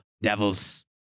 devils